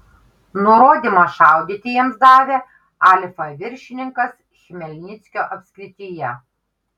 nurodymą šaudyti jiems davė alfa viršininkas chmelnyckio apskrityje